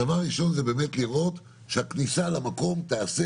הדבר הראשון זה באמת לראות שהכניסה למקום תיעשה